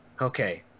Okay